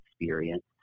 experience